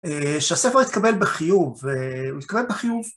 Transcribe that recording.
שהספר יתקבל בחיוב, הוא יתקבל בחיוב...